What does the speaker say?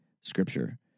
scripture